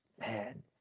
Man